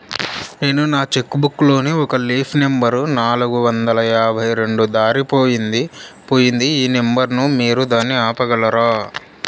నేను నా cheque book లోని ఒక లీఫ్ నెంబర్ నాలుగు వందల యాభై రెండు దారిపొయింది పోయింది ఈ నెంబర్ ను మీరు దాన్ని ఆపగలరా?